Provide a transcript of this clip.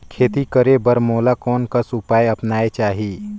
खेती करे बर मोला कोन कस उपाय अपनाये चाही?